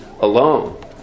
alone